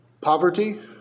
poverty